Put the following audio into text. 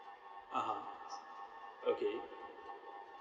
(uh huh) okay